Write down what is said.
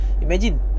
Imagine